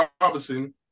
Robinson